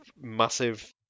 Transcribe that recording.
massive